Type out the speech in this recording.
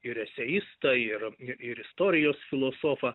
ir eseistą ir yra ir istorijos filosofą